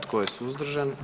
Tko je suzdržan?